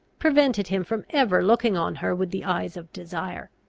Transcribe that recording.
prevented him from ever looking on her with the eyes of desire.